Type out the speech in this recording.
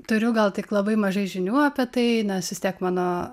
turiu gal tik labai mažai žinių apie tai nes vis tiek mano